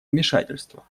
вмешательства